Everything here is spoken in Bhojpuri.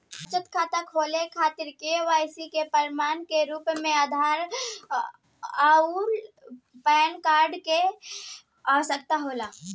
बचत खाता खोले खातिर के.वाइ.सी के प्रमाण के रूप में आधार आउर पैन कार्ड की आवश्यकता होला